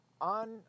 on